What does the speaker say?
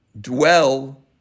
dwell